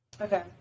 Okay